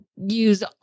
use